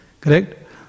correct